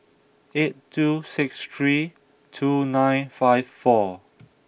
eight two six three two nine five four